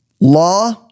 Law